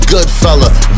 Goodfella